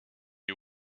you